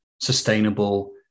sustainable